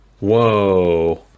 Whoa